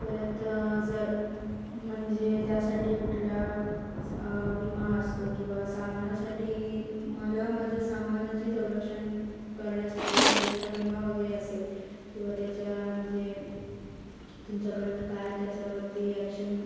परत जर म्हणजे त्यासाठी कुठला विमा असतो किंवा सामानासाठी मला माझ्या सामानाची संरक्षण करण्यासाठी जर कुठला विमा वगैरे असेल किंवा त्याच्या म्हणजे तुमच्याकडून काय त्याच्यावरती ॲक्शन